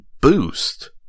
boost